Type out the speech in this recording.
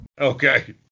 Okay